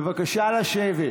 בבקשה, לשבת.